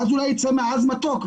ואז אולי יצא מעז מתוק.